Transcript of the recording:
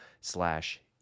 slash